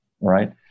right